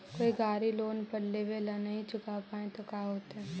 कोई गाड़ी लोन पर लेबल है नही चुका पाए तो का होतई?